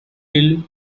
till